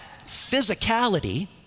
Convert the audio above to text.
physicality